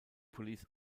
police